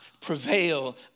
prevail